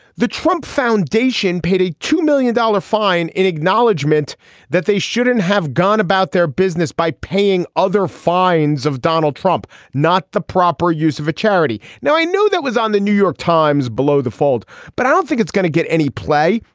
the trump foundation paid a two million dollar fine in acknowledgment that they shouldn't have gone about their business by paying other fines of donald trump not the proper use of a charity now i know that was on the new york times below the fold but i don't think it's gonna get any play.